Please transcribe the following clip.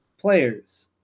players